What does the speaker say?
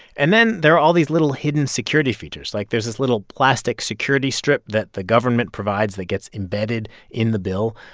and then there are all these little hidden security features. like there's this little plastic security strip that the government provides that gets embedded in the bill.